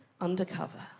undercover